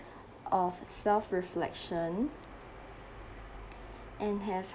of self reflection and have